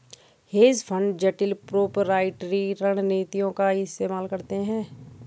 hedge fund जटिल proprietary रणनीतियों का इस्तेमाल करते हैं